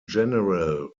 general